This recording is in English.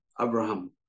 Abraham